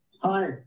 hi